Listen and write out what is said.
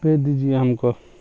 دے دیجیے ہم کو